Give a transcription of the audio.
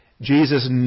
Jesus